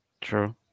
True